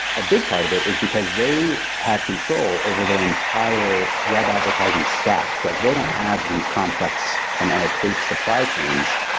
a big part of it is because they have control over their entire web advertising staff. like they don't have this complex and and opaque supply chains.